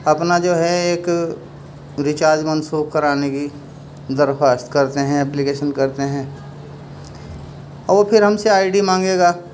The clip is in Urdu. اپنا جو ہے ایک ریچارج منسوخ کرانے کی درخواست کرتے ہیں اپلیکیشن کرتے ہیں وہ پھر ہم سے آئی ڈی مانگے گا